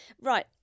Right